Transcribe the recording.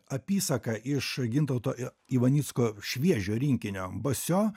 apysaką iš gintauto ivanicko šviežio rinkinio basio